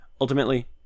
ultimately